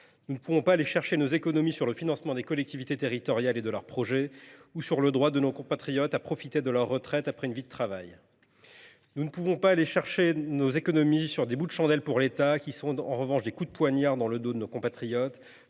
Nous ne pouvons faire nos économies sur le financement des collectivités territoriales et de leurs projets ni sur le droit de nos compatriotes à profiter de leur retraite après une vie de travail. Nous ne pouvons non plus faire ces économies sur des bouts de chandelle pour l’État qui sont des coups de poignard dans le dos de nos compatriotes,